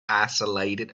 isolated